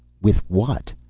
with what?